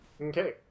Okay